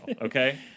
Okay